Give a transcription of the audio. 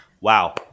Wow